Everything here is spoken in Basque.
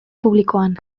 publikoan